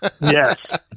Yes